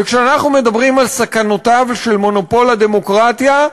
וכשאנחנו מדברים על סכנותיו של מונופול לדמוקרטיה,